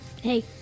Hey